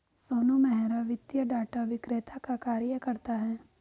सोनू मेहरा वित्तीय डाटा विक्रेता का कार्य करता है